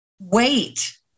wait